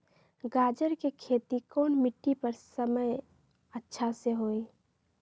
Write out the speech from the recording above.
गाजर के खेती कौन मिट्टी पर समय अच्छा से होई?